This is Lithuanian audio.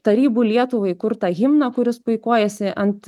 tarybų lietuvai kurtą himną kuris puikuojasi ant